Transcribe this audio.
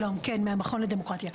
כן, מהמכון לדמוקרטיה.